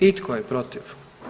I tko je protiv?